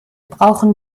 brauchen